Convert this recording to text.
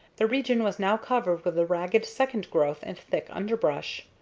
the region was now covered with a ragged second growth and thick underbrush.